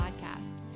podcast